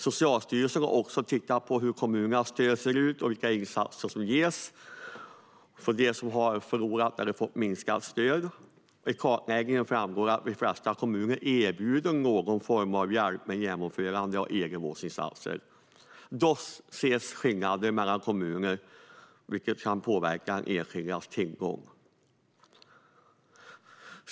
Socialstyrelsen har tittat på hur kommunernas stöd ser ut och vilka insatser som ges till dem som har förlorat stöd eller fått minskat stöd. I kartläggningen framgår att de flesta kommuner erbjuder någon form av hjälp med genomförandet av egenvårdsinsatser. Dock ses skillnader mellan kommuner som kan påverka enskildas tillgång.